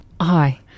Hi